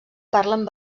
parlen